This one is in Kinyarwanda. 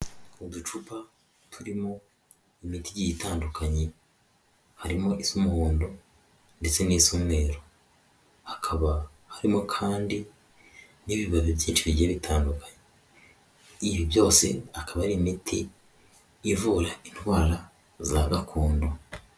Uducupa turimo imiti igiye itandukanye harimo isa umuhondo ndetse n'isa umweru, hakaba harimo kandi n'ibibabi byinshi bigiye bitandukanye, ibi byose akaba ari imiti ivura indwara za gakondo.